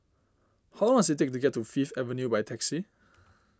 how long does it take to get to Fifth Avenue by taxi